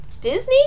Disney